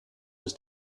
his